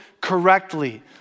correctly